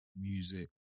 music